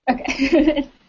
Okay